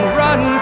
run